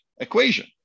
equation